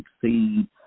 succeed